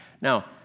Now